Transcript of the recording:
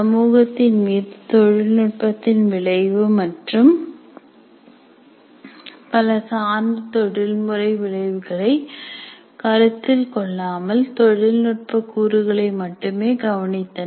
சமூகத்தின் மீது தொழில்நுட்பத்தின் விளைவு மற்றும் பல சார்ந்த தொழில்முறை விளைவுகளை கருத்தில் கொள்ளாமல் தொழில் நுட்பக் கூறுகளை மட்டுமே கவனித்தன